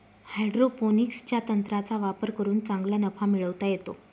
हायड्रोपोनिक्सच्या तंत्राचा वापर करून चांगला नफा मिळवता येतो